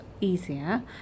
easier